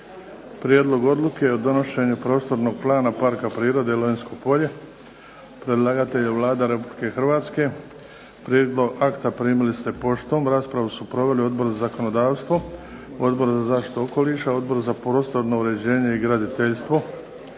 Prijedlog odluke o donošenju prostornog plana Parka prirode Lonjsko polje Predlagatelj: Vlada Republike Hrvatske Prijedlog akta primili ste poštom. Raspravu su proveli Odbor za zakonodavstvo, Odbor za zaštitu okoliša, Odbor za prostorno uređenje i graditeljstvo.